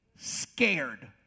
scared